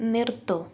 നിർത്തൂ